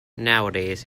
nowadays